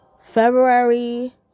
February